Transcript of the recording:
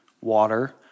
water